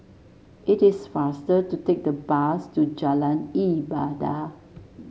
it is faster to take the bus to Jalan Ibadat